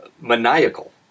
maniacal